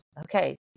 okay